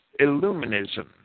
Illuminism